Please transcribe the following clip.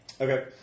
Okay